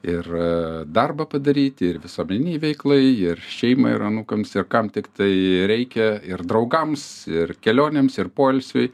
ir darbą padaryti ir visuomeninei veiklai ir šeimai ir anūkams ir kam tiktai reikia ir draugams ir kelionėms ir poilsiui